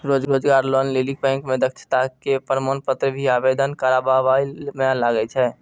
रोजगार लोन लेली बैंक मे दक्षता के प्रमाण पत्र भी आवेदन करबाबै मे लागै छै?